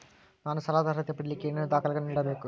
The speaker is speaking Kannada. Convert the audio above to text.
ನಾನು ಸಾಲದ ಅರ್ಹತೆ ಪಡಿಲಿಕ್ಕೆ ಏನೇನು ದಾಖಲೆಗಳನ್ನ ನೇಡಬೇಕು?